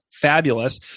fabulous